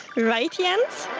right, jens?